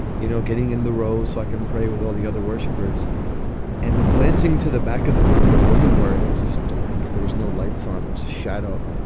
you know, getting in the row so i can pray with all the other worshippers and glancing to the back of the room where the women were. and it was dark. there was no lights on. it was a shadow.